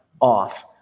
off